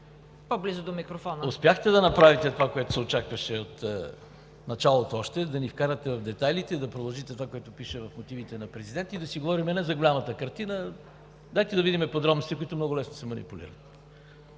господин Гечев, успяхте да направите това, което се очакваше от началото – да ни вкарате в детайлите и да продължите това, което пише в мотивите на президента. Говорим си не за голямата картина, а: „Дайте да видим подробности, които много лесно се манипулират.“